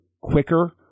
quicker